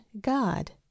God